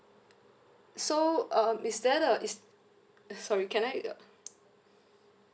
so um is there the is sorry can I